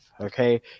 okay